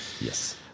Yes